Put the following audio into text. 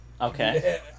Okay